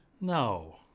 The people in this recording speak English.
No